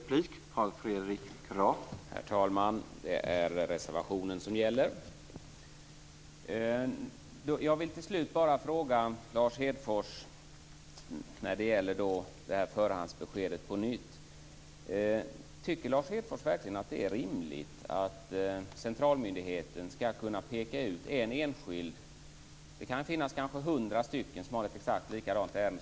Herr talman! Det är reservationen som gäller. Jag vill till slut bara på nytt ställa en fråga till Lars Hedfors om förhandsbeskedet. Tycker Lars Hedfors verkligen att det är rimligt att centralmyndigheten skall kunna peka ut en enskild? Det kan finnas kanske hundra enskilda som har exakt likadana ärenden.